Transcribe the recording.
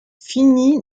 fini